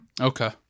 Okay